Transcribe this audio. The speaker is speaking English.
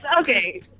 Okay